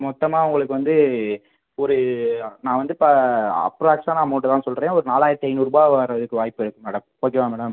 மொத்தமாக உங்களுக்கு வந்து ஒரு நான் வந்து இப்போ அப்ராக்ஸான அமௌன்ட்டு தான் சொல்கிறேன் ஒரு நாலாயிரத்தி ஐந்நூறுரூபா வரதுக்கு வாய்ப்பு இருக்குது மேடம் ஓகேவா மேடம்